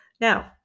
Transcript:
Now